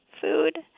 food